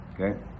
okay